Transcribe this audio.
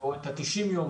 או את ה-90 ימים,